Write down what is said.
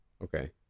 Okay